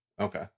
Okay